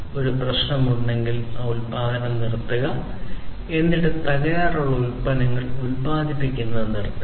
ഒരു പ്രശ്നമുണ്ടെങ്കിൽ ഉത്പാദനം നിർത്തുക എന്നിട്ട് തകരാറുള്ള ഉൽപ്പന്നങ്ങൾ ഉത്പാദിപ്പിക്കുന്നത് നിർത്തുക